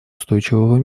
устойчивого